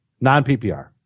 Non-PPR